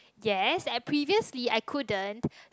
yes I previously I couldn't